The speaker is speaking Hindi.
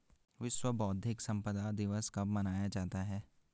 विश्व बौद्धिक संपदा दिवस कब मनाया जाता है?